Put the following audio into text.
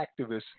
activists